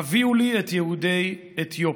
"הביאו לי את יהודי אתיופיה".